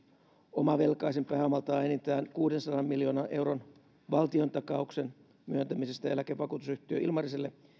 omavelkaisen pääomaltaan enintään kuudensadan miljoonan euron valtiontakauksen myöntämisestä eläkevakuutusyhtiö ilmariselle